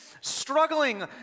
struggling